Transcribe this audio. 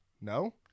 No